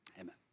amen